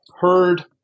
heard